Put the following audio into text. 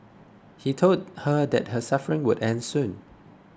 he told her that her suffering would end soon